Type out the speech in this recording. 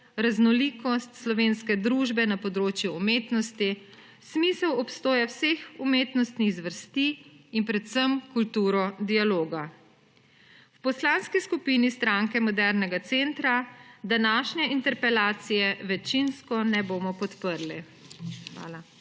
raznolikost slovenske družbe na področju umetnosti, smisel obstoja vseh umetnostnih zvrsti in predvsem kulturo dialoga. V Poslanski skupini SMC današnje interpelacije večinsko ne bomo podprli. Hvala.